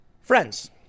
Friends